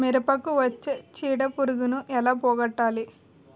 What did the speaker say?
మిరపకు వచ్చే చిడపురుగును ఏల పోగొట్టాలి?